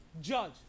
judge